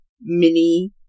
mini